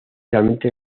realmente